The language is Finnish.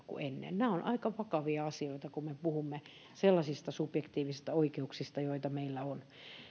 kuin ennen nämä ovat aika vakavia asioita kun me puhumme sellaisista subjektiivisista oikeuksista joita meillä on